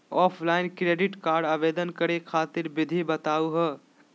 Offline credit card आवेदन करे खातिर विधि बताही हो?